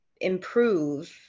improve